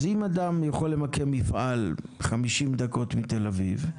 אז אם אדם יכול למקם מפעל 50 דקות מתל אביב,